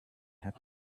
happen